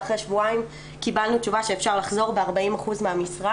ואחרי שבועיים קיבלנו תשובה שאפשר לחזור ב-40% מהמשרה.